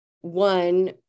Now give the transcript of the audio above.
one